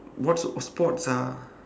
what what sports ah